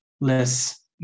Less